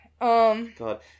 God